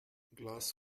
glass